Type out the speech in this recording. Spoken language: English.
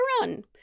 run